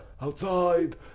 outside